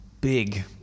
big